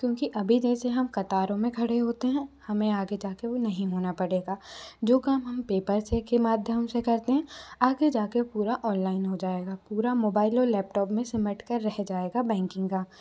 क्योंकि अभी जैसे हम कतारों में खड़े होते हैं हमें आगे जाके वो नहीं होना पड़ेगा जो काम हम पेपर से के माध्यम से करते हैं आगे जाके पूरा ऑनलाइन हो जाएगा पूरा मोबाइल और लैपटॉप में सिमट कर रह जाएगा बैंकिंग का